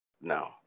No